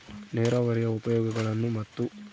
ನೇರಾವರಿಯ ಉಪಯೋಗಗಳನ್ನು ಮತ್ತು?